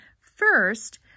first